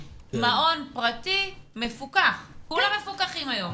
מעון פרטי מפוקח כולם מפוקחים היום.